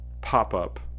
pop-up